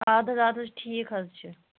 اَدٕ حظ اَدٕ حظ ٹھیٖک حظ چھِ